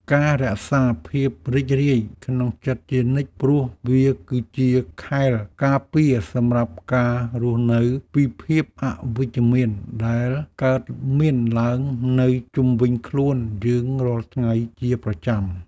ការរក្សាភាពរីករាយក្នុងចិត្តជានិច្ចព្រោះវាគឺជាខែលការពារសម្រាប់ការរស់នៅពីភាពអវិជ្ជមានដែលកើតមានឡើងនៅជុំវិញខ្លួនយើងរាល់ថ្ងៃជាប្រចាំ។